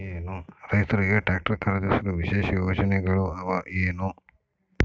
ರೈತರಿಗೆ ಟ್ರಾಕ್ಟರ್ ಖರೇದಿಸಲು ವಿಶೇಷ ಯೋಜನೆಗಳು ಅವ ಏನು?